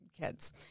kids